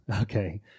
okay